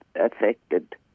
affected